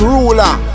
Ruler